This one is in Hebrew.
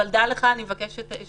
אבל דע לך: אני מבקש שתעשה...".